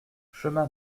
chemin